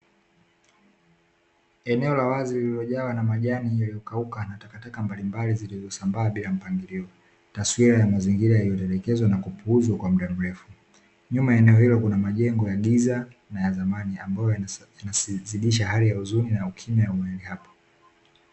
Eneo la wazi lililojawa na majani yaliyokauka na takataka mbalimbali zilizosambaa bila mpangilio, taswira ya mazingira yaliyotelekezwa na kupuuzwa kwa muda mrefu. Nyuma eneo hilo kuna majengo ya giza na ya zamani ambayo yanazidisha hali ya huzuni na ukimya ya mahali hapo.